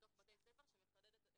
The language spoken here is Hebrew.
בתוך בתי ספר, שמחדד את